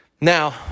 Now